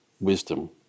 wisdom